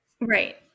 Right